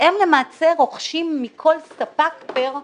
והן למעשה רוכשות מכל ספק פר תחזוקה,